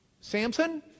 Samson